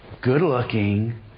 good-looking